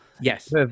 yes